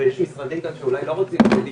שיש משרדים כאן שאולי לא רוצים להשתתף,